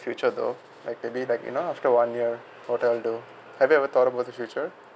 future though like maybe like you know after one year or though have you ever thought about the future